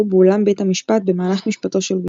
באולם בית המשפט במהלך משפטו של וויט,